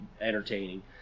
entertaining